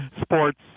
sports